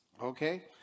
okay